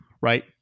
Right